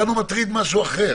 אותנו מטריד משהו אחר.